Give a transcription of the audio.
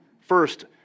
first